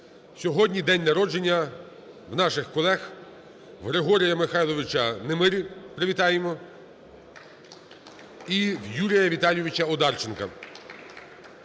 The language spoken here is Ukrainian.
Сьогодні день народження у наших колег, Григорія Михайловича Немирі. Привітаємо. І в Юрія Віталійовича Одарченка.